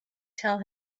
tell